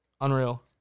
Unreal